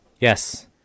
Yes